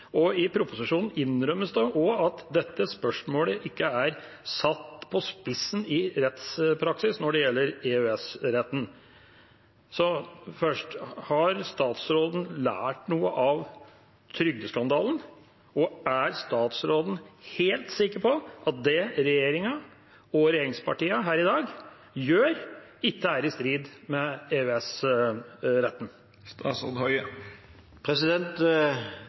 og i proposisjonen innrømmes det også at dette spørsmålet ikke er satt på spissen i rettspraksis når det gjelder EØS-retten. Så først: Har statsråden lært noe av trygdeskandalen, og er statsråden helt sikker på at det regjeringa og regjeringspartiene gjør her i dag, ikke er i strid med